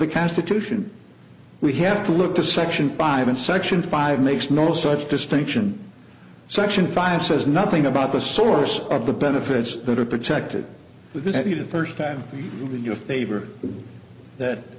the constitution we have to look to section five and section five makes no such distinction section five says nothing about the source of the benefits that are protected with you the first time in your favor that